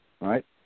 right